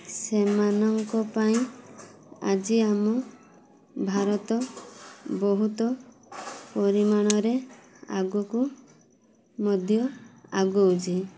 ସେମାନଙ୍କ ପାଇଁ ଆଜି ଆମ ଭାରତ ବହୁତ ପରିମାଣରେ ଆଗକୁ ମଧ୍ୟ ଆଗଉଛି